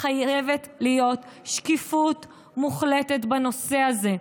חייבת להיות שקיפות מוחלטת בנושא הזה.